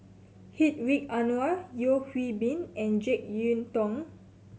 Hedwig Anuar Yeo Hwee Bin and Jek Yeun Thong